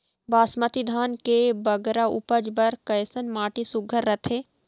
बासमती धान के बगरा उपज बर कैसन माटी सुघ्घर रथे?